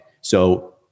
So-